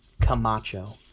Camacho